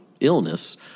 illness